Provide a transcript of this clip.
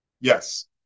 yes